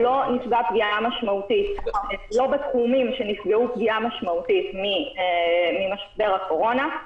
שלא נמצא בתחומים שנפגעו פגיעה משמעותית ממשבר הקורונה.